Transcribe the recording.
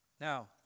Now